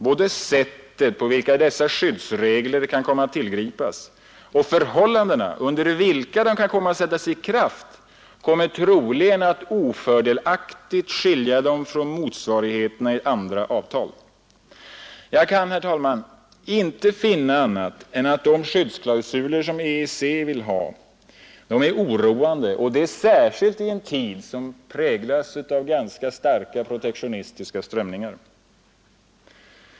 Både sättet på vilket dessa skyddsregler kan komma att tillgripas och förhållandena under vilka de kan komma att sättas i kraft kommer troligen att ofördelaktigt skilja dem från motsvarigheten i andra avtal. Jag kan, herr talman, inte finna annat än att de skyddsklausuler som EEC vill ha är oroande, och det särskilt i en tid som präglas av starka protektionistiska strömningar.